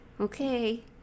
Okay